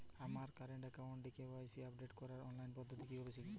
আমার কারেন্ট অ্যাকাউন্টের KYC update করার অনলাইন পদ্ধতি কীভাবে শিখব?